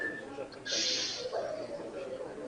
הפלילי (סמכויות אכיפה נתוני